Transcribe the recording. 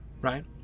Right